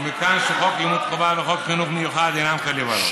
ומכאן שחוק לימוד חובה וחוק חינוך מיוחד אינם חלים עליו.